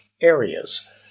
areas